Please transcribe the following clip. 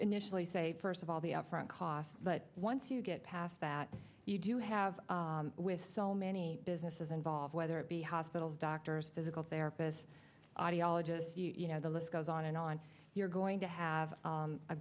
initially say first of all the upfront cost but once you get past that you do have with so many businesses involved whether it be hospitals doctors physical therapists audiologist you know the list goes on and on you're going to have